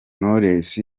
knowless